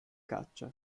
caccia